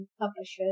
publishers